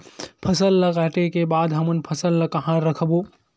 फसल ला काटे के बाद हमन फसल ल कहां रखबो?